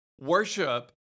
worship